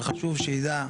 וחשוב שתדע,